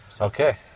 Okay